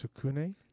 Sukune